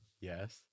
Yes